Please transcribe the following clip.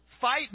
fight